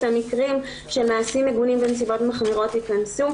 המקרים של מעשים מגונים בנסיבות מחמירות ייכנסו.